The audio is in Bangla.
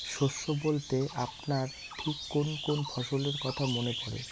শস্য বলতে আপনার ঠিক কোন কোন ফসলের কথা মনে পড়ে?